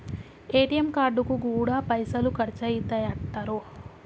ATM కార్డుకు గూడా పైసలు ఖర్చయితయటరో